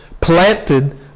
planted